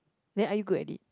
then are you good at it